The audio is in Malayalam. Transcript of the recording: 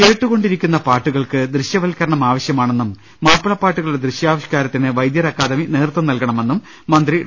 കേട്ടുകൊണ്ടിരിക്കുന്ന പ്രാട്ടുകൾക്ക് ദൃശൃവൽക്കരണം ആവശ്യമാണെന്നും മാപ്പിളപ്പാട്ടുകളുടെ ദൃശ്യാവിഷ്കാരത്തിന് വൈദ്യർ അക്കാദമി നേതൃത്വം നൽകണമെന്നും മന്ത്രി ഡോ